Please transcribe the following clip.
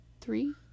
three